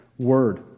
word